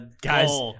Guys